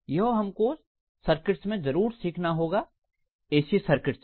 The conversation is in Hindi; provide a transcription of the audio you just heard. यह हमको सर्किट्स में जरूर सीखना होगा ए सी सर्किट्स में